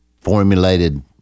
formulated